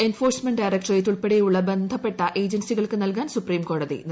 enforcement directorate ഉൾപ്പെടെയുള്ള ബന്ധപ്പെട്ട ഏജൻസികൾക്ക് നൽകാൻ സുപ്രീംകോടതി നിർദ്ദേശം